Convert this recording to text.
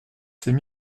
s’est